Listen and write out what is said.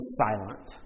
silent